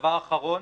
ודבר אחרון,